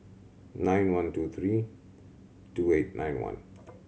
nine one two three two eight nine one